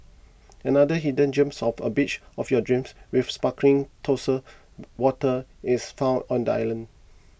another hidden gems of a beach of your dreams with sparkling turquoise waters is found on the island